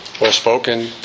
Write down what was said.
well-spoken